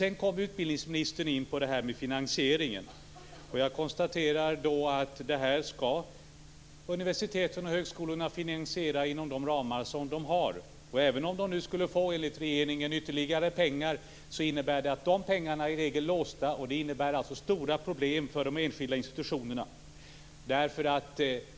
Sedan kom utbildningsministern in på frågan om finansieringen. Jag konstaterar då att universiteten och högskolorna skall finansiera detta inom de ramar som de har. Även om de nu skulle få ytterligare pengar, enligt regeringen, innebär det att de pengarna i regel är låsta, vilket innebär stora problem för de enskilda institutionerna.